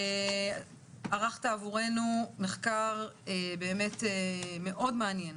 ערכת עבורנו מחקר מעניין